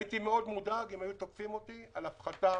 הייתי מאוד מודאג אם היו תוקפים אותי על הפחתה